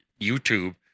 YouTube